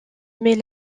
mais